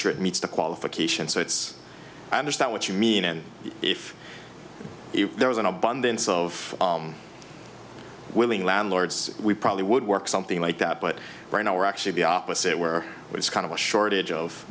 sure it meets the qualifications so it's i understand what you mean and if there was an abundance of willing landlords we probably would work something like that but right now we're actually be opposite where it's kind of a shortage